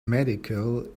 medical